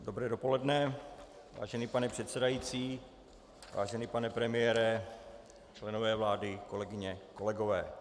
Dobré dopoledne, vážený pane předsedající, vážený pane premiére, členové vlády, kolegyně, kolegové.